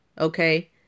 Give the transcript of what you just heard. Okay